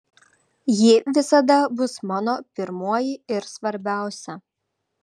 ji visada bus mano pirmoji ir svarbiausia